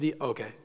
okay